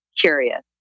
curious